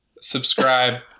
Subscribe